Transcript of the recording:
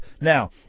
Now